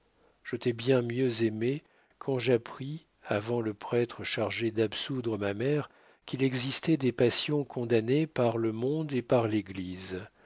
je t'ai bien mieux aimé quand j'appris avant le prêtre chargé d'absoudre ma mère qu'il existait des passions condamnées par le monde et par l'église